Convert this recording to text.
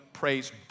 Praise